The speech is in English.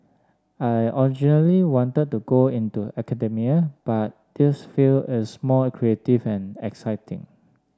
I originally wanted to go into academia but this field is more creative and exciting